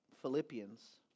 Philippians